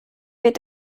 wird